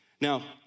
Now